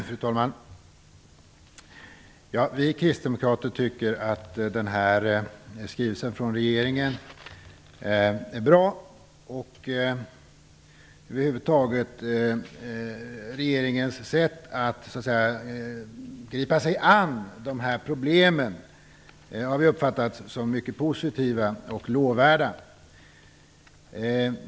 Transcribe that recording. Fru talman! Vi kristdemokrater tycker att skrivelsen från regeringen är bra. Över huvud taget har vi uppfattat regeringens sätt att gripa sig an dessa problem som mycket positivt och lovvärt.